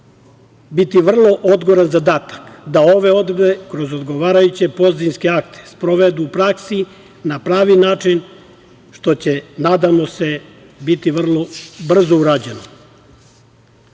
biti vrlo odgovoran zadatak da ove odredbe kroz odgovarajuće podzakonske akte sprovedu u praksi na pravi način, što će nadamo se, biti vrlo brzo urađeno. Imajući